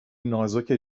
نازک